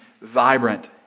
vibrant